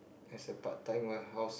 as a part time warehouse